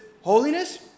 holiness